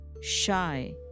shy